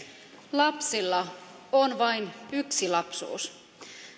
lapsilla on vain yksi lapsuus